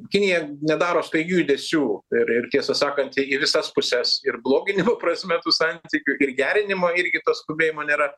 kinija nedaro staigių judesių ir ir tiesą sakant į visas puses ir bloginimo prasme tų santykių ir gerinimo irgi to skubėjimo nėra